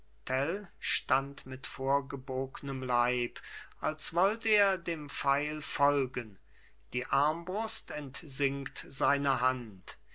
stand mit vorgebognem leib als wollt er dem pfeil folgen die armbrust entsinkt seiner hand